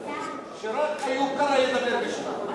שרק איוב קרא ידבר בשמם.